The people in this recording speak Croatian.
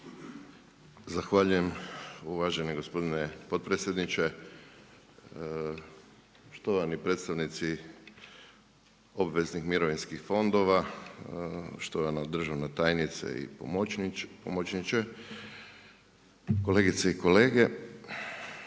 Zahvaljujem uvaženi gospodine potpredsjedniče. Štovani predstavnici obveznih mirovinskih fondova, štovana državna tajnice i pomočniće, kolegice i kolege.